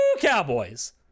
Cowboys